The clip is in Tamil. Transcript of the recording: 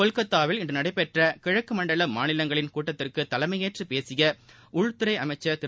கொல்கத்தாவில் இன்று நடைபெற்ற கிழக்குமண்டல மாநிலங்களின் கூட்டத்திற்கு தலைமையேற்று பேசிய உள்துறை அமைச்சர் திரு